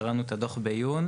קראנו את הדוח בעיון.